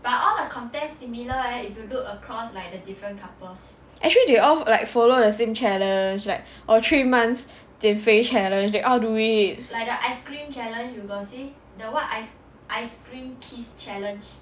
actually they all like follow the same channels like or three months 减肥 challenge they all do it